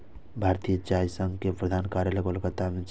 भारतीय चाय संघ के प्रधान कार्यालय कोलकाता मे छै